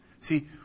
See